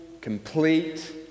complete